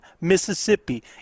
mississippi